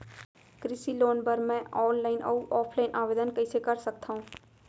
कृषि लोन बर मैं ऑनलाइन अऊ ऑफलाइन आवेदन कइसे कर सकथव?